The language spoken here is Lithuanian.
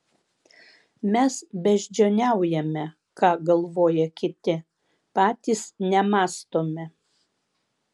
mes beždžioniaujame ką galvoja kiti patys nemąstome